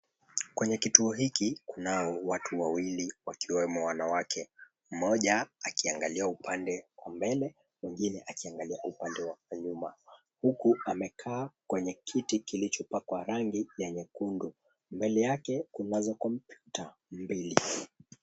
Kwenye kituo hiki kunao watu wawili ikiwemo wanawake, mmoja akiangalia upande wa mbele, mwingine akiangalia upande wa nyuma, huku amekaa kwenye kiti kilichopakwa rangi ya nyekundu. Mbele yake kunazo kompyuta mbili.